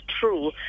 true